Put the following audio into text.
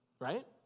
right